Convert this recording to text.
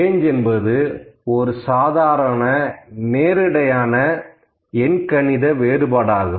range என்பது ஒரு சாதாரண நேரிடையான எண்கணித வேறுபாடாகும்